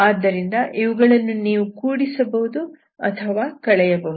ಆದ್ದರಿಂದ ಇವುಗಳನ್ನು ನೀವು ಕೂಡಿಸಬಹುದು ಅಥವಾ ಕಳೆಯಬಹುದು